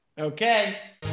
Okay